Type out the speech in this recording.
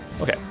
Okay